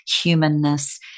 humanness